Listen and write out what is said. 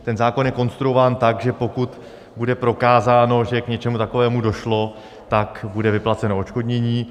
Ten zákon je konstruován tak, že pokud bude prokázáno, že k něčemu takovému došlo, tak bude vyplaceno odškodnění.